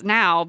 now